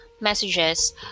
messages